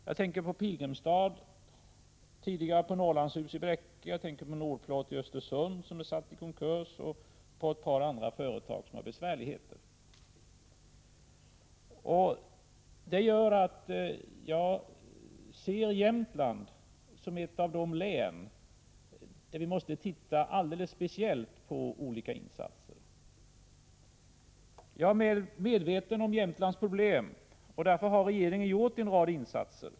Jag tänker på Pilgrimstad, på tidigare Norrlandshus AB i Bräcke, på AB Nordplåt i Östersund — som är försatt i konkurs — och på ett par andra företag som har svårigheter. Detta gör att jag betraktar Jämtlands län som ett av de län, där vi alldeles speciellt måste överväga olika insatser. Jag är medveten om Jämtlands problem, och därför har också regeringen gjort en del insatser.